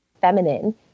feminine